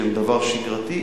שהם דבר שגרתי,